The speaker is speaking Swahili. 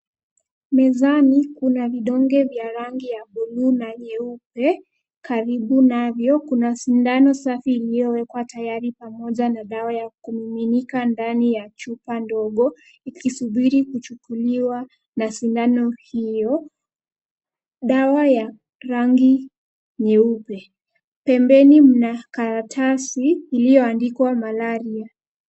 Mezani kuna vidonge vya rangi ya bluu na nyeupe. Karibu navyo kuna sindano safi iliyowekwa tayari pamoja na dawa ya kumiminika ndani ya chupa ndogo ikisubiri kuchukuliwa na sindano hiyo, dawa ya rangi nyeupe. Pembeni mna karatasi iliyoandikwa malaria.